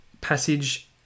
passage